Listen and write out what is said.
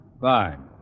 Fine